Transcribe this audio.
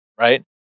right